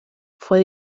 fue